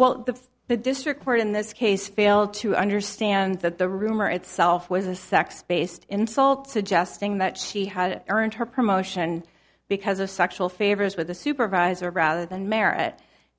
well that's the district court in this case fail to understand that the rumor itself was a sex based insult suggesting that she had earned her promotion because of sexual favors with a supervisor rather than merit